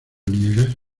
niegas